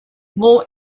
more